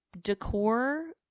decor